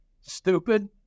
stupid